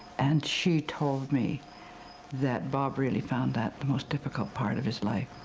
and she told me that bob really found that the most difficult part of his life.